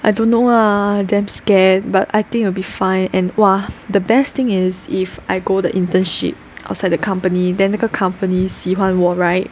I don't know ah damn scared but I think it will be fine and !wah! the best thing is if I go the internship outside the company then 那个 company 喜欢我 right